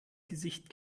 gesicht